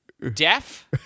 deaf